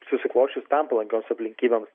susiklosčius tam palankioms aplinkybėms